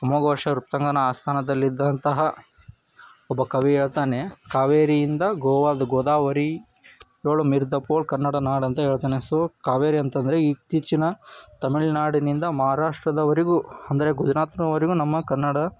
ಅಮೋಘವರ್ಷ ನೃಪತುಂಗನ ಆಸ್ಥಾನದಲ್ಲಿದ್ದಂತಹ ಒಬ್ಬ ಕವಿ ಹೇಳ್ತಾನೆ ಕಾವೇರಿಯಿಂದ ಗೋವಾದ ಗೋದಾವರಿಯೊಳ್ ಮಿರ್ದಪೋಳ್ ಕನ್ನಡ ನಾಡಂತ ಹೇಳ್ತಾನೆ ಸೊ ಕಾವೇರಿ ಅಂತಂದರೆ ಇತ್ತೀಚಿನ ತಮಿಳ್ನಾಡಿನಿಂದ ಮಹಾರಾಷ್ಟ್ರದವರೆಗೂ ಅಂದರೆ ಗುಜರಾತ್ನವರೆಗೂ ನಮ್ಮ ಕನ್ನಡ